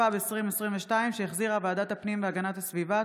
התשפ"ב 2022, שהחזירה ועדת הפנים והגנת הסביבה.